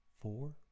four